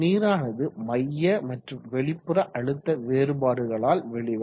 நீரானது மைய மற்றும் வெளிப்புற அழுத்த வேறுபாடுகளால் வெளிவரும்